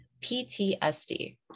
PTSD